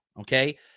okay